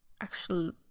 actual